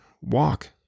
walk